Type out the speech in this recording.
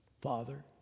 Father